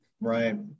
Right